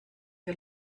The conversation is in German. wir